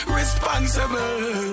responsible